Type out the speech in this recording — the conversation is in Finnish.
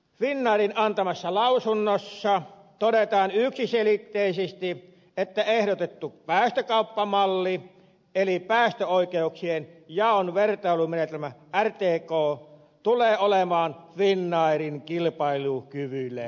finnairin antamassa lausunnossa todetaan yksiselitteisesti että ehdotettu päästökauppamalli eli päästöoikeuksien jaon vertailumenetelmä rtk tukee olemaan finnairin kilpailukyvylle haitallinen